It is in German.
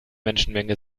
menschenmenge